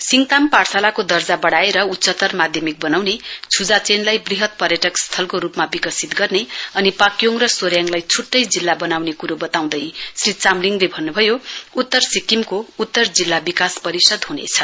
सिङताम पाठशालाको दर्दा बडाएर उच्चत्तर माध्यमिक बनाउन छ्जाचेनलाई वृहत पर्यटक स्थलको रूपमा विकसित गर्ने अनि पाक्योङ र सोरेङलाई छुट्टै जिल्ला बनाउने कुरो बताउँदै श्री चामलिङले भन्नु भयो उत्तर सिक्किमको उत्तर जिल्ला विकास परिषद ह्नेछ